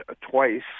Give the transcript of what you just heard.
twice